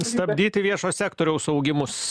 stabdyti viešo sektoriaus augimus